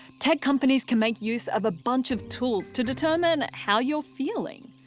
tech companies can make use of a bunch of tools to determine how you're feeling.